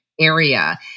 area